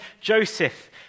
Joseph